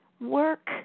work